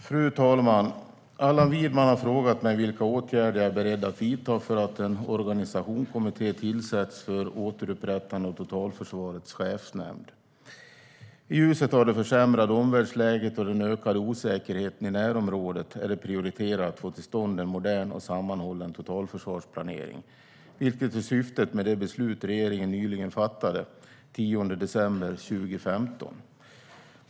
Fru talman! Allan Widman har frågat mig vilka åtgärder jag är beredd att vidta för att en organisationskommitté ska tillsättas för återupprättande av Totalförsvarets chefsnämnd. I ljuset av det försämrade omvärldsläget och den ökade osäkerheten i närområdet är det prioriterat att få till stånd en modern och sammanhållen totalförsvarsplanering, vilket är syftet med de beslut regeringen fattade den 10 december 2015.